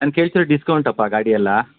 ನಾನು ಕೇಳ್ತಿರೋದು ಡಿಸ್ಕೌಂಟ್ ಅಪ್ಪ ಗಾಡಿಯಲ್ಲ